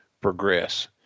progress